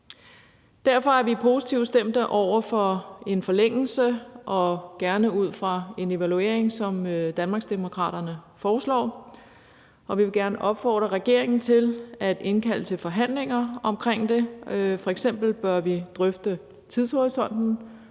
Derfor er vi positivt stemte over for en forlængelse og gerne ud fra en evaluering, som Danmarksdemokraterne foreslår, og vi vil gerne opfordre regeringen til at indkalde til forhandlinger omkring det. F.eks. bør vi drøfte tidshorisonten